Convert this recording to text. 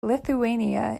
lithuania